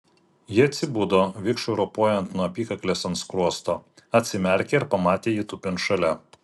ji atsibudo vikšrui ropojant nuo apykaklės ant skruosto atsimerkė ir pamatė jį tupint šalia